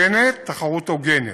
תחרות הוגנת.